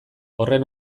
horren